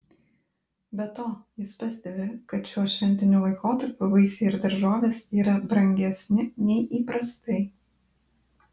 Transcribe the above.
be to jis pastebi kad šiuo šventiniu laikotarpiu vaisiai ir daržovės yra brangesni nei įprastai